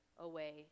away